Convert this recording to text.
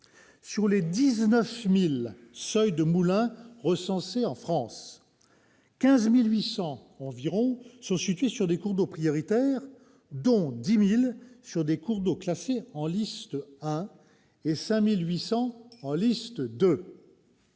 Sur les 19 000 seuils de moulins recensés en France, 15 800 environ sont situés sur des cours d'eau prioritaires, dont 10 000 sur des cours d'eau classés en « liste 1 » et 5 800 en « liste 2